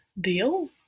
deal